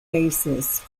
basis